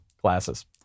classes